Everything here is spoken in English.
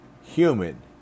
human